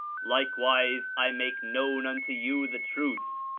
likewise i make known unto you the truth,